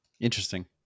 interesting